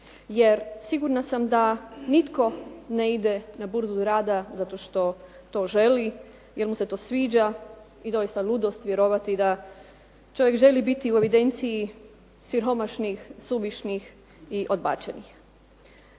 jer sigurna sam da nitko ne ide na Burzu rada zato što to želi jer mu se to sviđa i doista ludost je vjerovati da čovjek želi biti u evidenciji siromašnih, suvišnih i odbačenih.